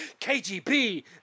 KGB